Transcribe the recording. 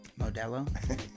Modelo